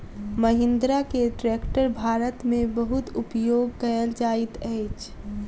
महिंद्रा के ट्रेक्टर भारत में बहुत उपयोग कयल जाइत अछि